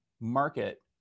market